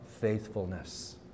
faithfulness